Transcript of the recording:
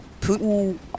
Putin